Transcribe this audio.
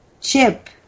Chip